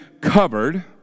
covered